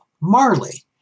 Marley